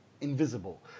invisible